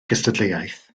gystadleuaeth